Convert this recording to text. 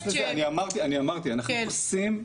אני אמרתי, אנחנו עושים,